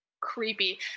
creepy